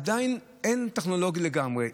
עדיין אין טכנולוגי לגמרי.